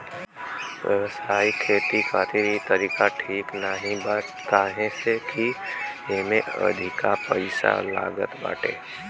व्यावसायिक खेती खातिर इ तरीका ठीक नाही बा काहे से की एमे अधिका पईसा लागत बाटे